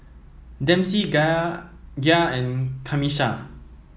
Dempsey Ga Gia and Camisha